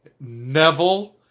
Neville